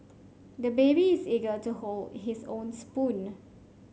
the baby is eager to hold his own spoon